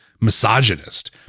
misogynist